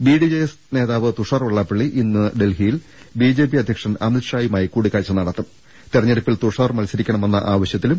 BDJS നേതാവ് തുഷാർ വെള്ളാപ്പള്ളി ഇന്ന് ഡൽഹി യിൽ ബിജെപി അധ്യക്ഷൻ അമിത്ഷായുമായി കുടിക്കാഴ്ച നട തെരഞ്ഞെടുപ്പിൽ തുഷാർ മത്സരിക്കണമെന്ന ആവശ്യ ത്തും